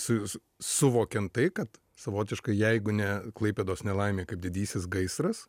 su suvokiant tai kad savotiškai jeigu ne klaipėdos nelaimė kaip didysis gaisras